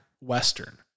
western